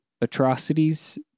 atrocities